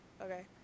okay